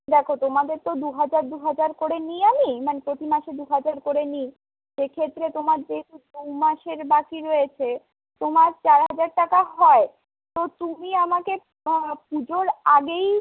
দেখো তোমাদের তো দুহাজার দুহাজার করে নিই আমি মানে প্রতি মাসে দুহাজার করে নিই সেক্ষেত্রে তোমার যেহেতু দুমাসের বাকি রয়েছে তোমার চারহাজার টাকা হয় তো তুমি আমাকে পুজোর আগেই